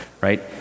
right